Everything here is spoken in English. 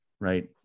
right